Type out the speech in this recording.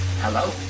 hello